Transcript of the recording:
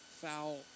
foul